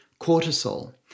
cortisol